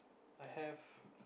I have